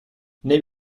neem